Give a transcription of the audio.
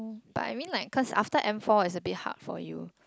but I mean like cause after M four is a bit hard for you